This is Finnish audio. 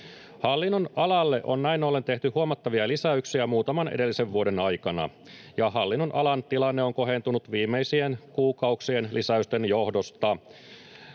Hallinnonalalle on näin ollen tehty huomattavia lisäyksiä muutaman edellisen vuoden aikana, ja hallinnonalan tilanne on kohentunut viimeisien kuukausien lisäysten johdosta.